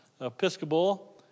episcopal